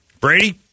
Brady